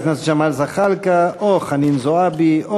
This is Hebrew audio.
חבר הכנסת ג'מאל זחאלקה או חנין זועבי או